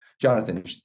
Jonathan